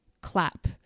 clap